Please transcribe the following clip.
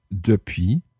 depuis